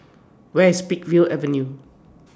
Where IS Peakville Avenue